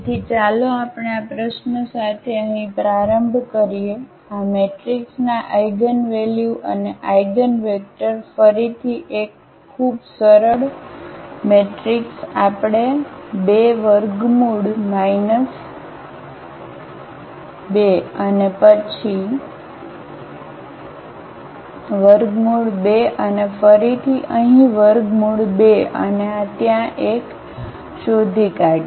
તેથી ચાલો આપણે આ પ્રશ્ન સાથે અહીં પ્રારંભ કરીએ આ મેટ્રિક્સના આઇગનવેલ્યુ અને આઇગનવેક્ટર ફરીથી એક ખૂબ સરળ મેટ્રિક્સ આપણે 2 √ 2 અને પછી √ 2 અને ફરીથી અહીં √ 2 અને આ ત્યાં એક શોધી કાઢીએ